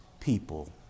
people